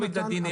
העמדה לדין,